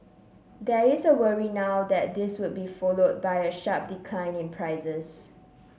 there is a worry now that this would be followed by a sharp decline in prices